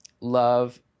love